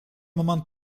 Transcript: moment